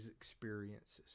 experiences